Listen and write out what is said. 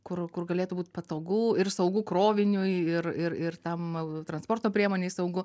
kur kur galėtų būt patogu ir saugu kroviniui ir ir ir tam transporto priemonei saugu